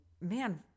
man